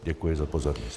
Děkuji za pozornost.